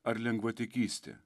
ar lengvatikystė